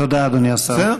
תודה, אדוני השר.